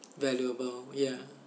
valuable ya